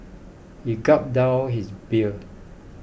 he gulped down his beer